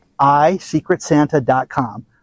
isecretsanta.com